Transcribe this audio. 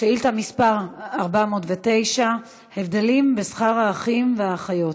שאילתה מס' 409: הבדלים בשכר האחים והאחיות,